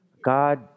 God